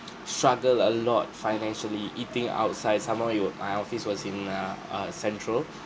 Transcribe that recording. struggle a lot financially eating outside some more it was my office was in err uh central